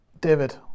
David